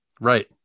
Right